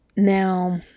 Now